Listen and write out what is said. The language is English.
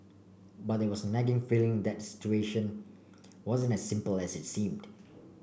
but there was nagging feeling that situation wasn't as simple as it seemed